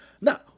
Now